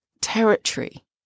territory